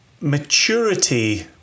Maturity